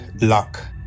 luck